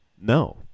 no